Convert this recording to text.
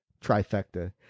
trifecta